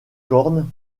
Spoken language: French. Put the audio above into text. corne